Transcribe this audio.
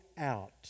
out